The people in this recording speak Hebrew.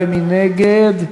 מי נגד?